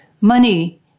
money